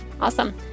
Awesome